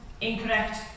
Incorrect